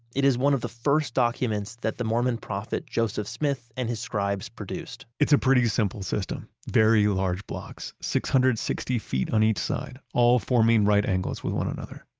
it is one of the first documents that the mormon prophet joseph smith and his scribes produced it's a pretty simple system. very large blocks, six hundred and sixty feet on each side, all forming right angles with one another.